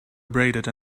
abraded